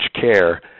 care